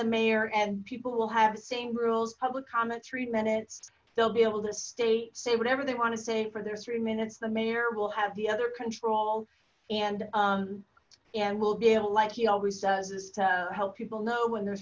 the mayor and people will have the same rules public comment three minutes they'll be able to state say whatever they want to say for their three minutes the mayor will have the other control and and we'll be able like he always does is to help people know when th